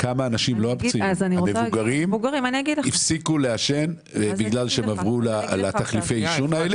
כמה אנשים מבוגרים הפסיקו לעשן בגלל שהם עברו לתחליפי העישון האלה.